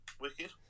Wicked